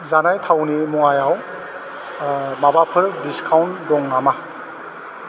जानाय थावनि मुवायाव माबाफोर डिसकाउन्ट दं नामा